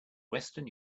western